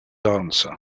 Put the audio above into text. answer